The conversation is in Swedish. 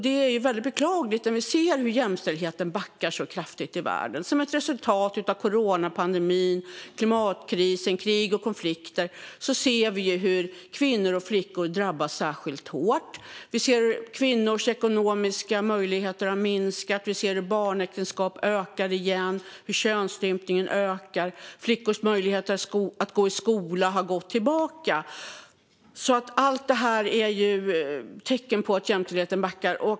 Det är väldigt beklagligt när jämställdheten backar kraftigt i världen som ett resultat av coronapandemin, klimatkrisen, krigen och konflikterna. Kvinnor och flickor drabbas särskilt hårt. Kvinnors ekonomiska möjligheter har minskat, och barnäktenskapen ökar igen, liksom könsstympningen. Flickors möjligheter att gå i skola har gått tillbaka. Allt detta är tecken på att jämställdheten backar.